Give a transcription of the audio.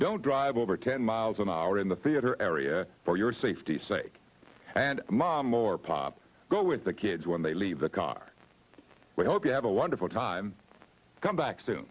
don't drive over ten miles an hour in the theater area for your safety's sake and mom or pop go with the kids when they leave the car we hope you have a wonderful time come back